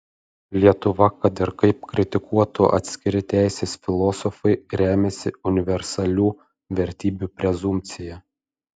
lietuva kad ir kaip kritikuotų atskiri teisės filosofai remiasi universalių vertybių prezumpcija